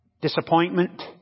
Disappointment